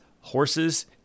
horses